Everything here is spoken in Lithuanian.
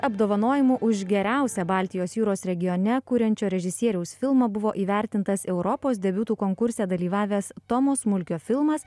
apdovanojimu už geriausią baltijos jūros regione kuriančio režisieriaus filmą buvo įvertintas europos debiutų konkurse dalyvavęs tomo smulkio filmas